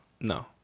No